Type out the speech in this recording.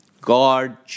God